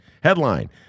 Headline